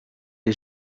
est